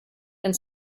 and